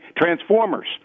Transformers